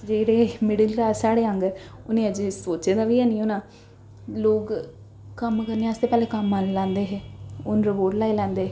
जेह्ड़े middle class साढ़े आंह्गर उ'नें अजें सोच्चे दा बी हैन्नी होना लोग कम्म करने आस्तै पैह्लें कम्म आह्ले लांदे हे हून रोबोट लाई लैंदे